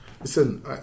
Listen